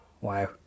Wow